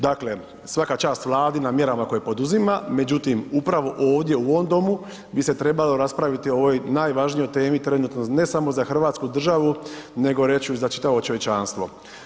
Dakle, svaka čast Vladi na mjerama koje poduzima, međutim upravo ovdje u ovom domu bi se trebalo raspraviti o ovoj najvažnijoj temi trenutno ne samo za hrvatsku državu nego reći ću i za čitavo čovječanstvo.